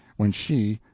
when she,